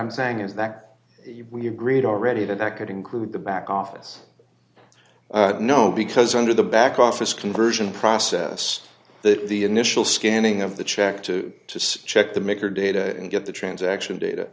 i'm saying is that we agreed already to that could include the back office no because under the back office conversion process that the initial scanning of the check to to check the maker data and get the transaction data